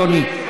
אדוני.